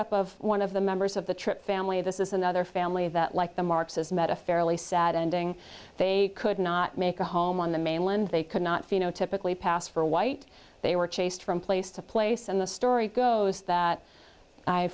up of one of the members of the trip family this is another family that like the marks is met a fairly sad ending they could not make a home on the mainland they could not phenotypically pass for white they were chased from place to place and the story goes that i